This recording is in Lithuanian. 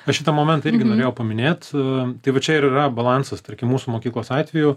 aš šitą momentą irgi norėjau paminėt a tai va čia ir yra balansas tarkim mūsų mokyklos atveju